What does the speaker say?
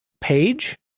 page